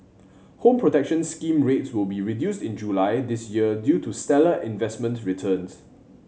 Home Protection Scheme rates will be reduced in July this year due to stellar investment returns